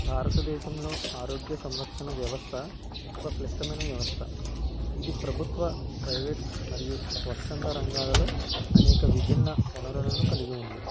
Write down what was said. భారతదేశంలో ఆరోగ్య సంరక్షణ వ్యవస్థ ఒక క్లిష్టమైన వ్యవస్థ ఇది ప్రభుత్వ ప్రైవేట్ మరియు స్వచ్చంధ రంగాలలో అనేక విభిన్న వనరులను కలిగి ఉంది